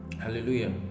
hallelujah